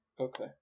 okay